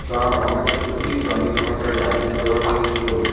তাঁর অনেক ছবিই তামিল ভাষায় ডাবিং করা হয়েছিল